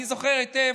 אני זוכר היטב,